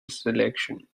selection